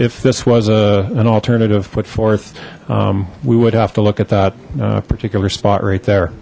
this was a alternative put forth we would have to look at that particular spot right there